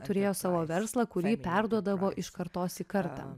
turėjo savo verslą kurį perduodavo iš kartos į kartą